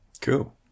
Cool